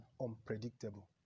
unpredictable